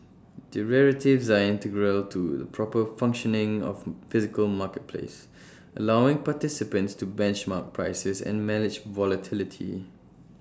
derivatives are integral to the proper functioning of the physical marketplace allowing participants to benchmark prices and manage volatility